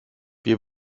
wir